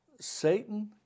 Satan